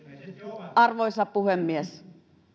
arvoisa puhemies